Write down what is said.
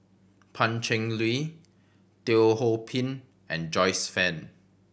Pan Cheng Lui Teo Ho Pin and Joyce Fan